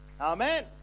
amen